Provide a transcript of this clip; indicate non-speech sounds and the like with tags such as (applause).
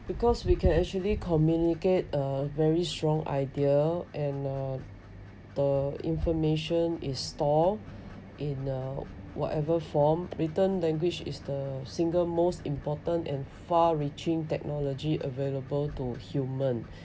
because we can actually communicate a very strong idea and uh the information is stored in a whatever form written language is the single most important and far reaching technology available to human (breath)